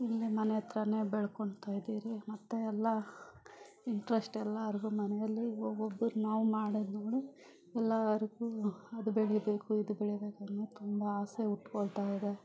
ಇಲ್ಲೇ ಮನೆ ಹತ್ರವೇ ಬೆಳ್ಕೊಂತಾಯಿದ್ದೀರಿ ಮತ್ತು ಎಲ್ಲ ಇಂಟ್ರಶ್ಟ್ ಎಲ್ಲರ್ಗು ಮನೆಯಲ್ಲಿ ಒಬೊಬ್ರು ನಾವು ಮಾಡೋದು ನೋಡಿ ಎಲ್ಲರ್ಗು ಅದು ಬೆಳೀಬೇಕು ಇದು ಬೆಳೀಬೇಕು ಅನ್ನೋದು ತುಂಬ ಆಸೆ ಹುಟ್ಕೊಳ್ತಾಯಿದೆ